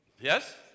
Yes